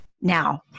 now